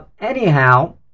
Anyhow